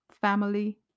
family